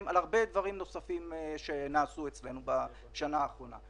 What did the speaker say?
על הרבה דברים נוספים שנעשו אצלנו בשנה האחרונה.